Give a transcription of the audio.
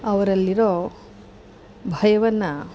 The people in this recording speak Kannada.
ಅವರಲ್ಲಿರೋ ಭಯವನ್ನು